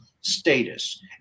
status